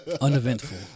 Uneventful